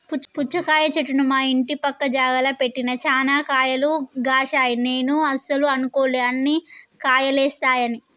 పుచ్చకాయ చెట్టును మా ఇంటి పక్క జాగల పెట్టిన చాన్నే కాయలు గాశినై నేను అస్సలు అనుకోలే అన్ని కాయలేస్తాయని